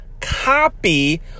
copy